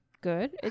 good